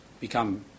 become